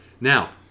Now